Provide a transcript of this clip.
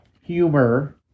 humor